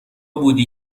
بودی